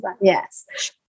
Yes